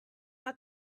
out